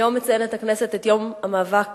היום מציינת הכנסת את יום המאבק